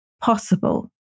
possible